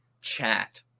Chat